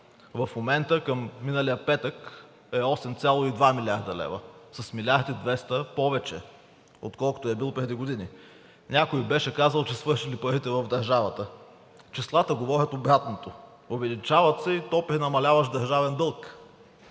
в момента към миналия петък е 8,2 млрд. лв. – с милиард и 200 повече, отколкото е бил преди години. Някой беше казал, че свършили парите в държавата. Числата говорят обратното – увеличават се, и то при намаляващ държавен дълг.